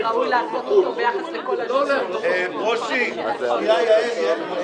העונשין (תיקון מס' 135) (פרסום פרטיו של נפגע או מתלונן בעבירות מין),